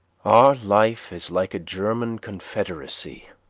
our life is like a german confederacy,